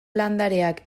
landareak